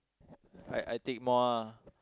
I I take more ah